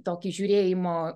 tokį žiūrėjimo